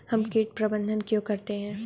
हम कीट प्रबंधन क्यों करते हैं?